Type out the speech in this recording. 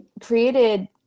created